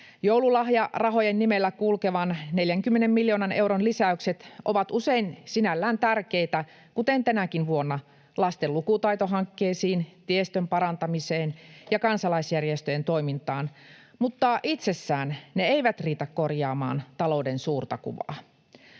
Joululahjarahojen nimellä kulkevat 40 miljoonan euron lisäykset ovat usein sinällään tärkeitä — kuten tänäkin vuonna lisäykset lasten lukutaitohankkeisiin, tiestön parantamiseen ja kansalaisjärjestöjen toimintaan — mutta itsessään ne eivät riitä korjaamaan talouden suurta kuvaa.